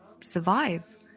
survive